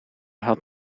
had